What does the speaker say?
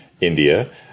India